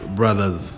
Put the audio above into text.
brothers